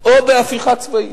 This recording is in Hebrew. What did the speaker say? או בהפיכה צבאית?